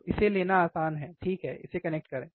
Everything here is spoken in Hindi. तो इसे लेना आसान है ठीक है इसे कनेक्ट करें